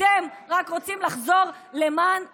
מה שקורה פה כלכלית,